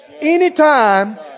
Anytime